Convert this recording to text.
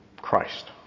Christ